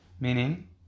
Meaning